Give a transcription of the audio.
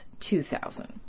2000